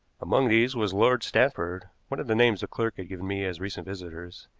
among these was lord stanford, one of the names the clerk had given me as recent visitors,